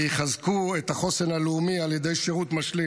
ויחזקו את החוסן הלאומי על ידי שירות משלים